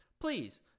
Please